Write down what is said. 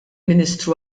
ministru